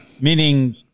meaning